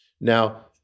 Now